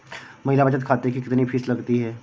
महिला बचत खाते की कितनी फीस लगती है?